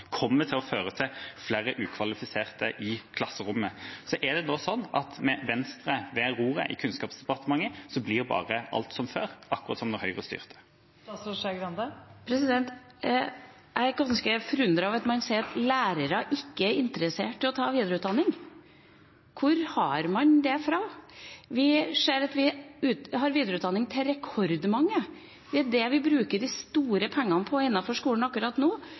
kommer til å føre til flere ukvalifiserte i klasserommet. Er det da slik at med Venstre ved roret i Kunnskapsdepartementet blir bare alt som før, akkurat som da Høyre styrte? Jeg er ganske forundret over at man sier at lærere ikke er interessert i å ta videreutdanning. Hvor har man det fra? Vi ser at vi har videreutdanning til rekordmange – det er det vi bruker de store pengene på innenfor skolen akkurat nå.